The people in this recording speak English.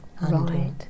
Right